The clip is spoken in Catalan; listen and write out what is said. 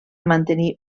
mantenir